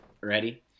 ready